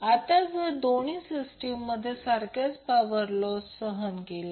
आता जर दोन्ही सिस्टीममध्ये सारखाच पॉवर लॉस सहन केला